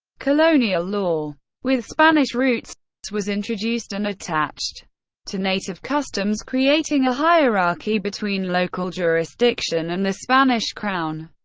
colonial law with spanish roots was introduced and attached to native customs creating a hierarchy between local jurisdiction and the spanish crown.